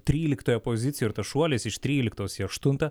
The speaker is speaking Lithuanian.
tryliktoje pozicijoj ir tas šuolis iš tryliktos į aštuntą